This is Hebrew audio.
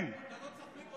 אתה לא צריך מיקרופון.